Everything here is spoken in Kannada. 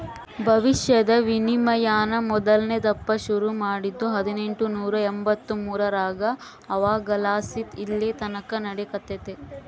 ಭವಿಷ್ಯದ ವಿನಿಮಯಾನ ಮೊದಲ್ನೇ ದಪ್ಪ ಶುರು ಮಾಡಿದ್ದು ಹದಿನೆಂಟುನೂರ ಎಂಬಂತ್ತು ಮೂರರಾಗ ಅವಾಗಲಾಸಿ ಇಲ್ಲೆತಕನ ನಡೆಕತ್ತೆತೆ